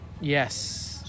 yes